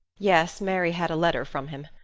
yes, mary had a letter from him.